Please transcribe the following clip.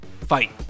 Fight